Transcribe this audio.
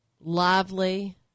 lively